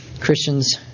Christians